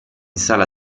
sala